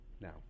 Now